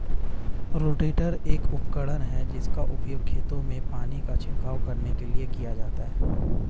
rotator एक उपकरण है जिसका उपयोग खेतों में पानी का छिड़काव करने के लिए किया जाता है